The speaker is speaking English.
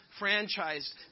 franchised